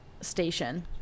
station